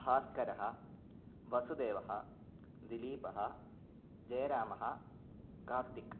भास्करः वसुदेवः दिलीपः जयरामः कार्तिकः